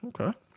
okay